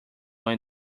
when